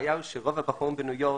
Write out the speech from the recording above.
הבעיה היא שרוב הבחורים בניו יורק